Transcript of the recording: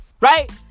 Right